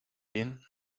bien